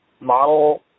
Model